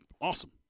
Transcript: awesome